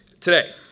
today